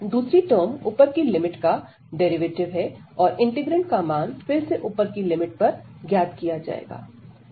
दूसरी टर्म ऊपर की लिमिट का डेरिवेटिव है और इंटीग्रैंड का मान फिर से ऊपर की लिमिट पर ज्ञात किया जाएगा